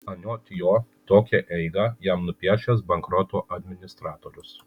anot jo tokią eigą jam nupiešęs bankroto administratorius